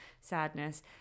sadness